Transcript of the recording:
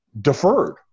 deferred